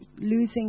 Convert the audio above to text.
Losing